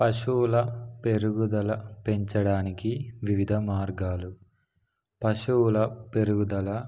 పశువుల పెరుగుదల పెంచడానికి వివిధ మార్గాలు పశువుల పెరుగుదల